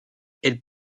elle